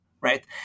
right